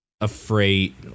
afraid